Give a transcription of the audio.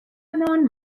known